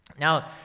now